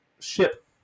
ship